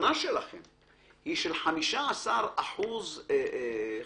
הטענה שלכם ש-15% לא